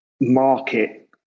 market